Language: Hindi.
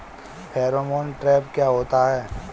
फेरोमोन ट्रैप क्या होता है?